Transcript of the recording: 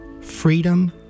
freedom